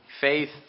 faith